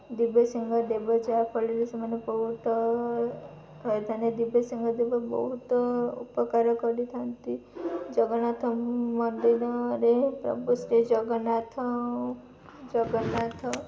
ଦିବ୍ୟ ସିଂ ଦେବ ଯାହାଫଳରେ ସେମାନେ ବହୁତ ହୋଇଥାନ୍ତି ଦିବ୍ୟ ସିଂ ଦେବ ବହୁତ ଉପକାର କରିଥାନ୍ତି ଜଗନ୍ନାଥ ମନ୍ଦିରରେ ପ୍ରଭୁ ଶ୍ରୀ ଜଗନ୍ନାଥ ଜଗନ୍ନାଥ